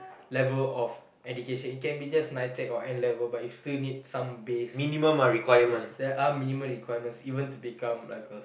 level of education it can be just Nitec or N-level but you still need some base yes there are minimum requirements even to become like a